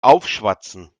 aufschwatzen